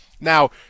Now